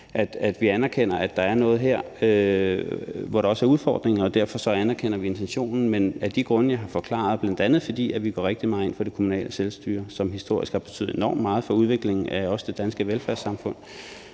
at vi anerkender, at der er noget her, hvor der også er udfordringer, og derfor anerkender vi intentionen. Men af de grunde, jeg har nævnt, bl.a. fordi vi går rigtig meget ind for det kommunale selvstyre, som historisk også har betydet enormt meget for udviklingen af det danske velfærdssamfund,